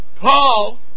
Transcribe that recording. Paul